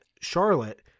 Charlotte